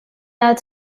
out